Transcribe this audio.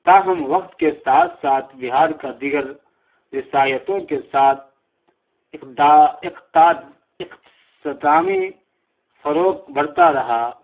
تاہم وقت کے ساتھ ساتھ بہار کا دیگر وصایتوں کے ساتھ اقتصدامی فروک برتا رہا